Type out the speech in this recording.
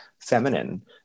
feminine